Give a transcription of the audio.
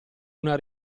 una